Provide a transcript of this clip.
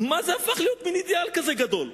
מה, זה הפך להיות מין אידיאל כזה גדול?